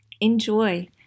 Enjoy